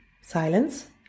Silence